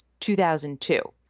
2002